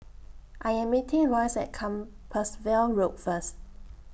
I Am meeting Loyce At Compassvale Road First